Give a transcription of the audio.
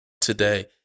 today